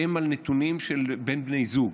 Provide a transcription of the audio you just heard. נתונים של בין בני זוג.